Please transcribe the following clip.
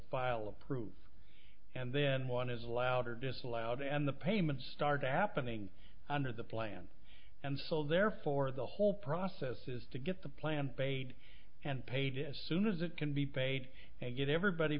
file a proof and then one is allowed or disallowed and the payment started happening under the plan and so therefore the whole process is to get the plan paid and paid as soon as it can be paid and get everybody